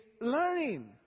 learning